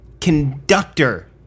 conductor